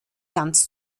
ganz